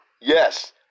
Yes